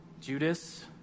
Judas